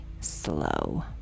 slow